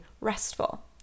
restful